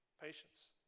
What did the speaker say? Patience